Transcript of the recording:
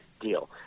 deal